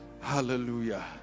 Hallelujah